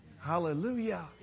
Hallelujah